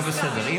אז זה לא בסדר.